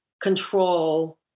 control